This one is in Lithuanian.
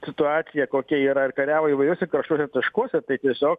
situaciją kokia yra ir kariavo įvairiuose karštuose taškuose tai tiesiog